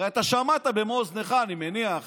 הרי אתה שמעת במו אוזניך, אני מניח,